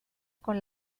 con